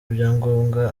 ibyangombwa